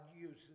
uses